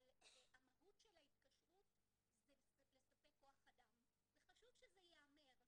אבל המהות של ההתקשרות זה לספק כוח אדם וחשוב שזה ייאמר.